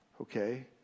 Okay